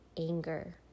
anger